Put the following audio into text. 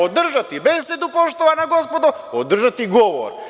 Održati besedu, poštovana gospodo, održati govor.